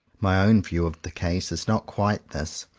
my own view of the case is not quite this.